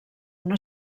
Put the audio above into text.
una